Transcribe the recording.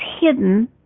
hidden